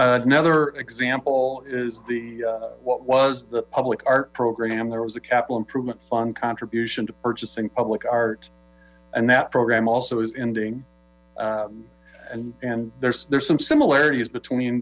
another example is the what was the public art program there was a capital improvement fund contribution to purchasing public art and that program also is ending and there's there's some similarities between